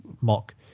mock